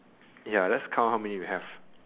ya let's count how many you have